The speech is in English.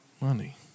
money